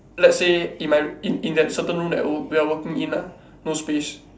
let's say in my in in that certain room that we we are working in ah no space